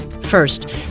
First